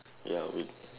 ya we